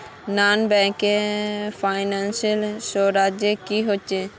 Non banking financial services की होय?